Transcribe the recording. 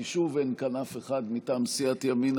כי שוב אין כאן אף אחד מטעם סיעת ימינה,